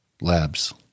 labs